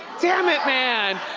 damn it, man.